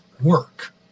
work